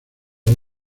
hoy